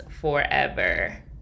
forever